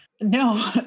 No